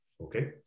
Okay